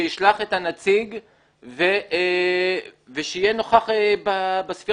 שישלח את הנציג ושיהיה נוכח בספירה,